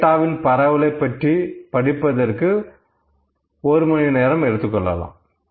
டேட்டாவின் பரவலை பற்றி படிப்பதற்கு ஒரு மணி நேரம் எடுத்துக்கொள்ளலாம்